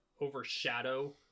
overshadow